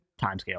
timescale